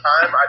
time